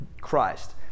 Christ